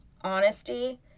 honesty